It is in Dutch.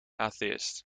atheïst